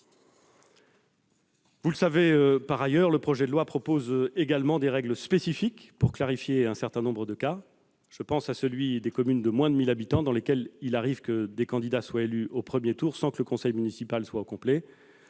au 10 mai. Par ailleurs, le projet de loi prévoit également des règles spécifiques pour clarifier un certain nombre de cas. Je pense à celui des communes de moins de 1 000 habitants, dans lesquelles il arrive que des candidats soient élus au premier tour sans que le conseil municipal soit au complet.